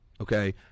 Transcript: okay